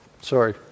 Sorry